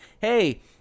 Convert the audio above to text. hey